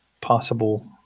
possible